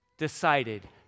decided